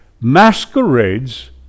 masquerades